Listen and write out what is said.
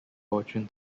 fortune